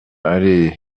allée